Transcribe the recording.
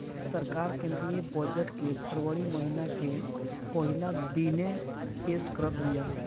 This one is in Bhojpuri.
सरकार केंद्रीय बजट के फरवरी महिना के पहिला दिने पेश करत बिया